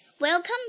Welcome